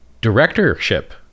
Directorship